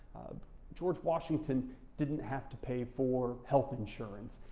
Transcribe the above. george washington didn't have to pay for health insurance,